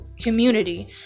community